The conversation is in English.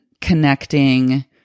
connecting